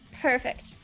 Perfect